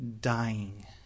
dying